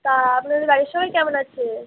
তা আপনাদের বাড়ির সবাই কেমন আছে